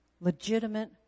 Legitimate